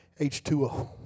H2O